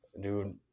Dude